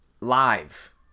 live